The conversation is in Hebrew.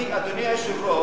אני, אדוני היושב-ראש,